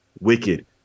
Wicked